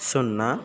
సున్నా